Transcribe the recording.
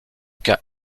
cas